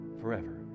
forever